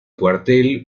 cuartel